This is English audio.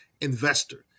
investor